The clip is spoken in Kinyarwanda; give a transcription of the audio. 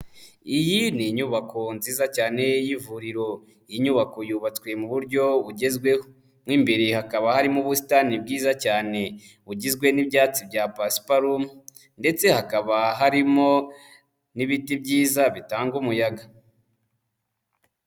Iyi ni inyubako nziza cyane y'ivuriro. Iyi nyubako yubatswe mu buryo bugezweho mo imbere hakaba harimo ubusitani bwiza cyane bugizwe n'ibyatsi bya pasiparumu ndetse hakaba harimo n'ibiti byiza bitanga umuyaga.